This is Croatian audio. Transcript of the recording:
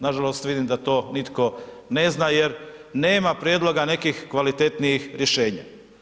Nažalost, vidim da to nitko ne zna jer nema prijedloga nekih kvalitetnijih rješenja.